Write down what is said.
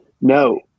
No